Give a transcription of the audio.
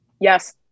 Yes